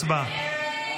הצבעה.